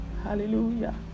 hallelujah